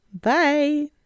bye